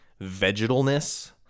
vegetalness